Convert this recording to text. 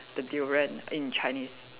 the durian in Chinese